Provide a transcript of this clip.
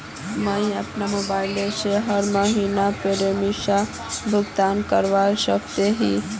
मुई अपना मोबाईल से हर महीनार प्रीमियम भुगतान करवा सकोहो ही?